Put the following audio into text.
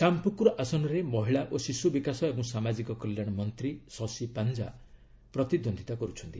ଶ୍ୟାମପୁକୁର୍ ଆସନରେ ମହିଳା ଓ ଶିଶୁ ବିକାଶ ଏବଂ ସାମାଜିକ କଲ୍ୟାଣ ମନ୍ତ୍ରୀ ଶଶି ପାଞ୍ଜା ପ୍ରତିଦ୍ୱନ୍ଦିତା କରୁଛନ୍ତି